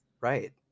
right